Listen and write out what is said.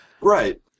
Right